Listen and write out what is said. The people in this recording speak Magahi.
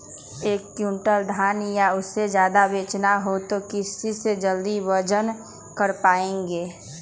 एक क्विंटल धान या उससे ज्यादा बेचना हो तो किस चीज से जल्दी वजन कर पायेंगे?